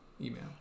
email